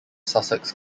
sussex